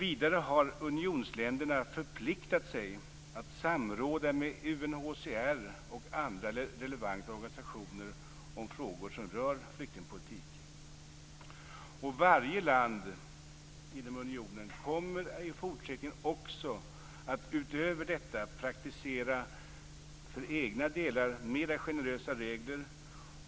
Vidare har unionsländerna förpliktat sig att samråda med UNHCR och andra relevanta organisationer om frågor som rör flyktingpolitik. Varje land inom unionen kommer i fortsättningen att utöver detta också för egen del praktisera mer generösa regler.